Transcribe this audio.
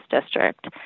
district